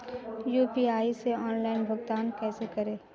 UPI से online भुगतान कैसे करें?